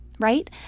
Right